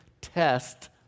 test